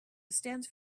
stands